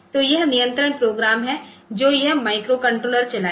तो यह नियंत्रण प्रोग्राम है जो यह माइक्रोकंट्रोलर चलाएगा